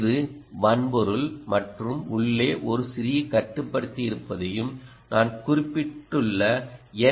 இது வன்பொருள் மற்றும் உள்ளே ஒரு சிறிய கட்டுப்படுத்தி இருப்பதையும் நான் குறிப்பிட்டுள்ள என்